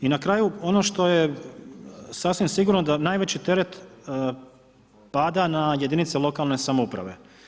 I na kraju, ono što je sasvim sigurno da najveći teret pada na jedinice lokalne samouprave.